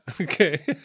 okay